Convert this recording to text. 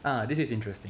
ah this is interesting